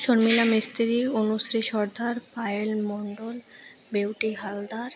Sharmila Mistry Anushree Sardar Payal Mandal Beauty Haldar